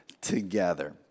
Together